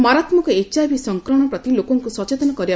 ମାରାତ୍ମକ ଏଚ୍ଆଇଭି ସଂକ୍ରମଶ ପ୍ରତି ଲୋକଙ୍କୁ ସଚେତନ କରିବ